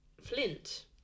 Flint